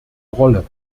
rolle